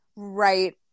Right